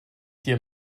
dir